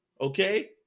Okay